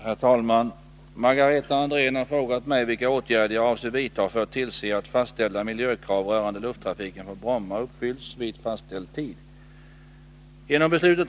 Herr talman! Margareta Andrén har frågat mig vilka åtgärder jag avser vidta för att tillse att fastställda miljökrav rörande lufttrafiken på Bromma uppfylls vid fastställd tid.